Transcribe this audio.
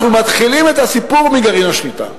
אנחנו מתחילים את הסיפור מגרעין השליטה.